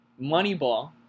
Moneyball